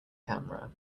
camera